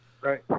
Right